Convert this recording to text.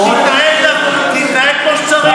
תתנהג כמו שצריך,